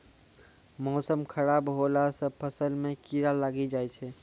मौसम खराब हौला से फ़सल मे कीड़ा लागी जाय छै?